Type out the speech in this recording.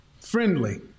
Friendly